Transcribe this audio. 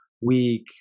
week